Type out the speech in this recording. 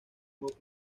juego